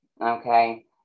Okay